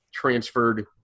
transferred